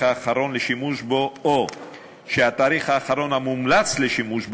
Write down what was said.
האחרון לשימוש בו או שהתאריך האחרון המומלץ לשימוש בו,